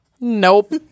nope